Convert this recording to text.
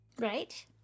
Right